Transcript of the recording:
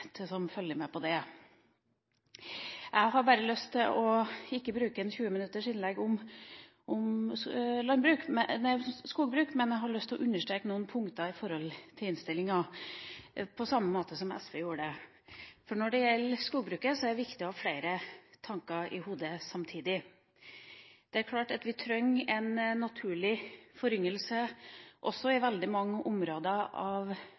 Jeg har ikke lyst til å bruke 20 minutter på et innlegg om skogbruk, men jeg har lyst til å understreke noen punkter vedrørende innstillinga, på samme måte som SV gjorde. Når det gjelder skogbruk, er det viktig å ha flere tanker i hodet samtidig. Det er klart at vi trenger naturlig foryngelse i veldig mange områder